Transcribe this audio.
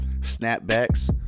snapbacks